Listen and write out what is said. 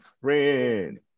friend